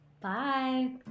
Bye